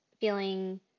feeling